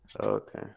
Okay